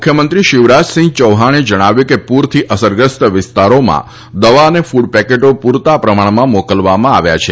મુખ્યમંત્રી શિવરાજસિંહ ચૌહાણે જણાવ્યું છે કે પુરથી અસરગ્રસ્ત વિસ્તારોમાં દવા અને ફૂટ પેકેટો પુરતા પ્રમાણમાં મોકલવામાં આવ્યા છે